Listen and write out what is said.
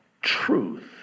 truth